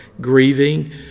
grieving